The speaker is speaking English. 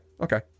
okay